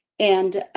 and